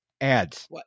ads